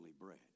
bread